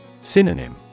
Synonym